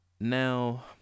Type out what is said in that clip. Now